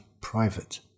private